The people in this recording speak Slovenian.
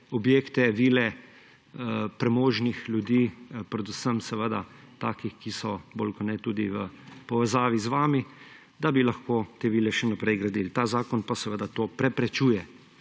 objekte, vile premožnih ljudi, predvsem seveda takih, ki so bolj kot ne tudi v povezavi z vami, da bi lahko te vile še naprej gradili. Ta zakon pa seveda to preprečuje